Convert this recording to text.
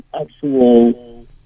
actual